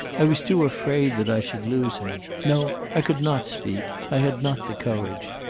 i was too afraid that i should lose him. no, i could not speak i had not the courage.